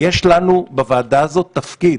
יש לנו בוועדה הזאת תפקיד,